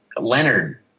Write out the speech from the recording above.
Leonard